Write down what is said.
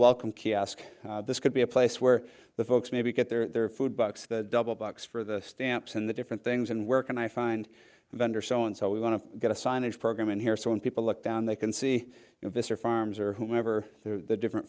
welcome kiosk this could be a place where the folks maybe get their food bucks the double bucks for the stamps and the different things and where can i find a vendor so and so we want to get a signage program in here so when people look down they can see this or farms or whoever the different